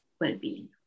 well-being